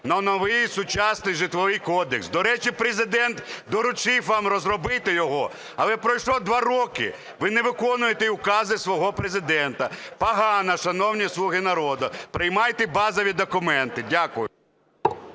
на новий сучасний Житловий кодекс. До речі, Президент доручив вам розробити його, але пройшло два роки, ви не виконуєте і укази свого Президента. Погано, шановні "слуги народу". Приймайте базові документи. Дякую.